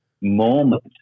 moment